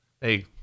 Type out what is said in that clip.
hey